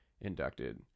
inducted